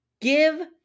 give